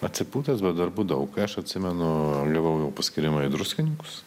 atsipūtęs bet darbų daug aš atsimenu gavau paskyrimą į druskininkus